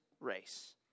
race